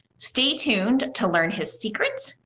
stay tuned to learn his secrets,